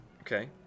okay